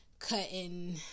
cutting